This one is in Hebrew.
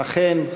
אכן,